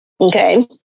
Okay